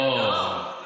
נכון, מייד,